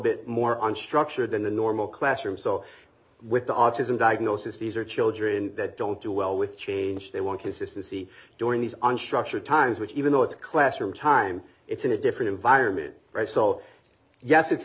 bit more on structure than the normal classroom so with the autism diagnosis these are children that don't do well with change they want consistency during these on structure times which even though it's classroom time it's in a different environment right so yes it's